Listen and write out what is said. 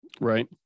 right